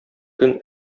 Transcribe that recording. көн